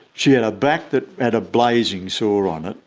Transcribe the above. she had a back that had a blazing sore on it,